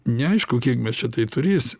neaišku kiek mes čia tai turės